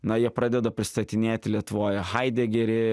na jie pradeda pristatinėti lietuvoje haidegerį